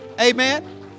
Amen